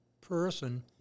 person